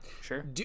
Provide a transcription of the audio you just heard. Sure